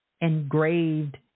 engraved